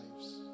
lives